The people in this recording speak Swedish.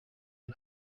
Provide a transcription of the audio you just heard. den